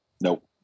Nope